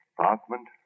Department